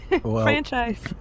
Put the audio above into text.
franchise